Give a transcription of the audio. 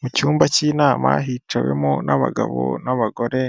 Mu cyumba cy'inama hicawemo n'abagabo n'abagore,